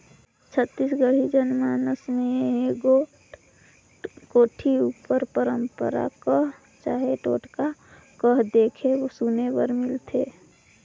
छत्तीसगढ़ी जनमानस मे एगोट कोठी उपर पंरपरा कह चहे टोटका कह देखे सुने बर मिलथे